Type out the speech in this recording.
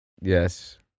Yes